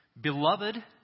Beloved